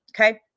okay